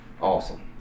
awesome